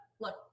Look